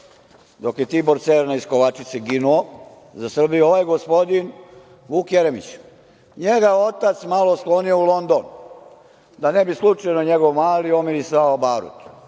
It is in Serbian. dok je Tibor Cerna iz Kovačice ginuo za Srbiju, Vuk Jeremić, njega je otac malo sklonio u London da ne bi slučajno njegov mali omirisao barut,